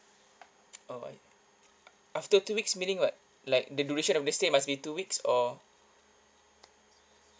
alright after two weeks meaning what like the duration of the stay must be two weeks or